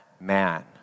man